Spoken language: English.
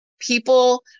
people